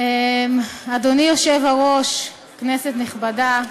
אדוני היושב-ראש, כנסת נכבדה,